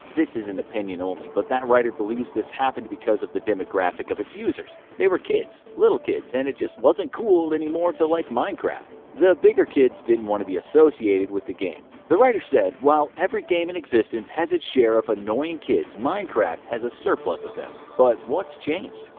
this is an opinion only, but that writer believes this happened because of the demographic of its users. they were kids, little kids, and it just wasn't cool anymore to like minecraft. the bigger kids didn't want to be associated with the game. the writer said, while every game in existence has its share of annoying kids, minecraft has a surplus of them. but what's changed?